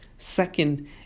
Second